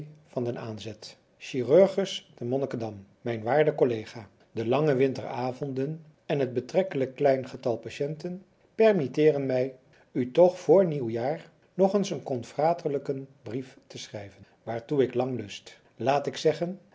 van den aanzett chirurgus te monnickendam mijn waarde collega de lange winteravonden en het betrekkelijk klein getal patiënten permitteeren mij u toch vr nieuwejaar nog eens een confraterlijken brief te schrijven waartoe ik lang lust laat ik zeggen